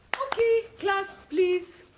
okay, class, please.